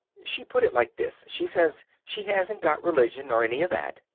she put it like this she says she hasn't got religion, or any of that.